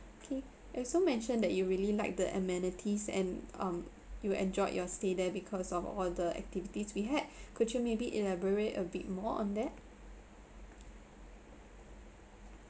okay you also mentioned that you really like the amenities and um you enjoyed your stay there because of all the activities we had could you maybe elaborate a bit more on that